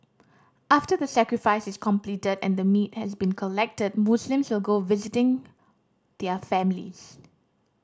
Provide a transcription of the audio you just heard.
after the sacrifice is completed and the meat has been collected Muslims will go visiting their families